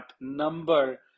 number